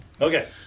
okay